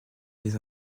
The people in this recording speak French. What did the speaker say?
les